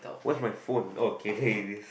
where's my phone okay hey is this